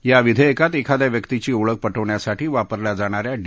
या विधेयकात एखाद्या व्यक्तीची ओळख पटवण्यासाठी वापरल्या जाणाऱ्या डी